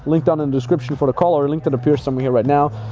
link down in description for the call or a link that appear somewhere here right now.